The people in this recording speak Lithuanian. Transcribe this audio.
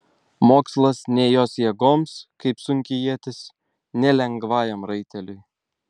mokslas ne jos jėgoms kaip sunki ietis ne lengvajam raiteliui